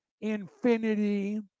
infinity